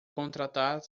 contratar